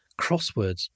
crosswords